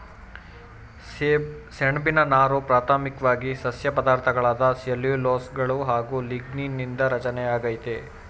ಸೆಣ್ಬಿನ ನಾರು ಪ್ರಾಥಮಿಕ್ವಾಗಿ ಸಸ್ಯ ಪದಾರ್ಥಗಳಾದ ಸೆಲ್ಯುಲೋಸ್ಗಳು ಹಾಗು ಲಿಗ್ನೀನ್ ನಿಂದ ರಚನೆಯಾಗೈತೆ